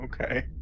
okay